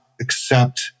accept